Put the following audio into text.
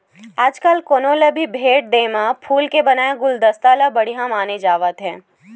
आजकाल कोनो ल भी भेट देय म फूल के बनाए गुलदस्ता ल बड़िहा माने जावत हे